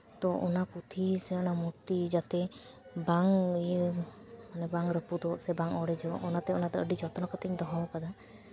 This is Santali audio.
ᱛᱳ ᱚᱱᱟ ᱯᱩᱛᱷᱤ ᱥᱮ ᱢᱩᱨᱛᱤ ᱡᱟᱛᱮ ᱵᱟᱝ ᱤᱭᱟᱹᱜ ᱢᱟᱱᱮ ᱵᱟᱝ ᱨᱟᱯᱩᱫᱚᱜ ᱥᱮ ᱵᱟᱝ ᱚᱲᱮᱡᱚᱜ ᱚᱱᱟᱛᱮ ᱚᱱᱟᱫᱚ ᱟᱹᱰᱤ ᱡᱚᱛᱱᱚ ᱠᱟᱛᱮᱫ ᱤᱧ ᱫᱚᱦᱚ ᱟᱠᱟᱫᱟ